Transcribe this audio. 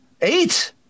eight